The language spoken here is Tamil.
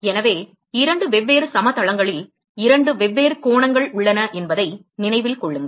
எனவே இரண்டு வெவ்வேறு சமதளங்களில் இரண்டு வெவ்வேறு கோணங்கள் உள்ளன என்பதை நினைவில் கொள்ளுங்கள்